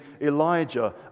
Elijah